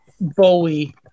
Bowie